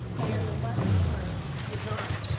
and the ones who were denied